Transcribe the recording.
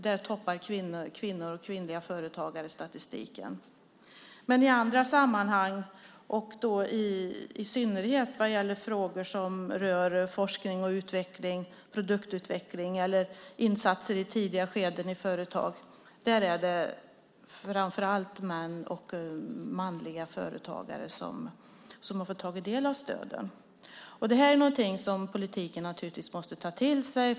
Där toppar kvinnor och kvinnliga företagare statistiken. Men i andra sammanhang, och i synnerhet sådant som rör forskning och utveckling, produktutveckling eller insatser i tidiga skeden i företag, är det framför allt män och manliga företagare som har fått ta del av stöden. Det här är något som politiken naturligtvis måste ta till sig.